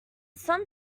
some